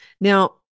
Now